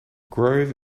grove